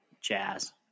jazz